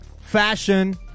fashion